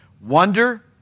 Wonder